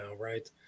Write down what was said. right